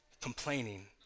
complaining